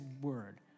word